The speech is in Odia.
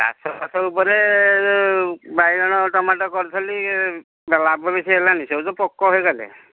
ଚାଷବାସ ଭପରେ ବାଇଗଣ ଟମାଟୋ କରିଥିଲି ଏ ଲାଭ ବେଶୀ ହେଲାନି ସବୁତ ପୋକ ହୋଇଗଲେ